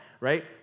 right